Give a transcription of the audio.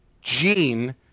gene